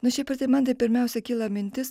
na šiaip ar taip man pirmiausia kyla mintis